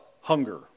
hunger